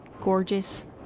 Gorgeous